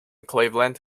cleveland